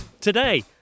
Today